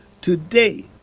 Today